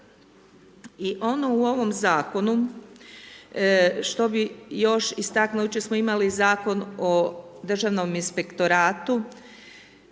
I ono u ovom zakonu što bih još istaknula, jučer smo imali Zakon o državnom inspektoratu